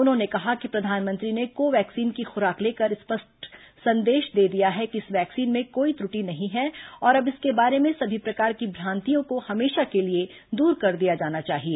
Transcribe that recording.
उन्होंने कहा कि प्रधानमंत्री ने कोवैक्सीन की खुराक लेकर स्पष्ट संदेश दे दिया है कि इस वैक्सीन में कोई त्रुटि नहीं है और अब इसके बारे में सभी प्रकार की भ्रांतियों को हमेशा के लिए दूर कर दिया जाना चाहिए